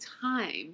time